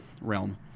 realm